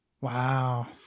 Wow